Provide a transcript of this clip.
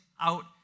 out